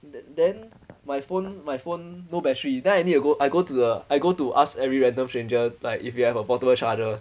the~ then my phone my phone no battery then I need to go I go to the I go to ask every random stranger like if you have a portable charger